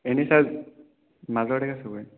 এনেই ছাৰ